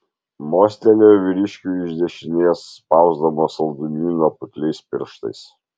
mostelėjo vyriškiui iš dešinės spausdamas saldumyną putliais pirštais